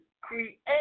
create